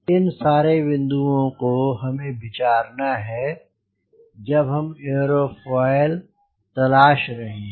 इन सारे बिंदुओं को हमें विचारना है जब हम एयरोफॉयल तलाश रहे हैं